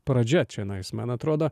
pradžia čionais man atrodo